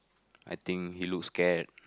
I think he looks scared